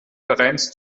vereins